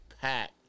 pack